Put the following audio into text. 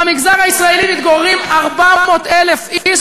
במגזר הישראלי מתגוררים 400,000 איש,